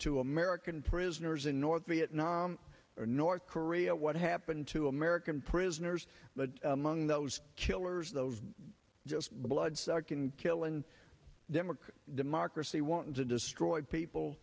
to american prisoners in north vietnam or north korea what happened to american prisoners but among those killers those just bloodsucking kill and democrat democracy want to destroy people